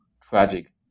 tragic